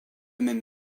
même